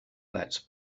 plats